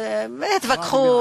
התווכחו: